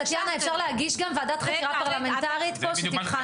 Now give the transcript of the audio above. טטיאנה אפשר להגיש וועדת חקירה פרלמנטרית פה שתבחן את זה.